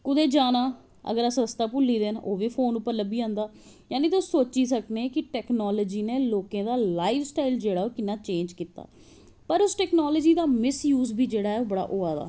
कुदे जाना अगर अस रस्ता भुल्ली गेदे न ओह् बी फोन पर लब्भी जंदा जानि के तुस सोची सकनें कि टैकनॉलजी नै लोकें दा लाईफ स्टाइल जेह्का ओह् किन्ना चेंज़ कीता पर उस टैकनॉलजी दा मिस यूज़ बी बड़ा होआ दा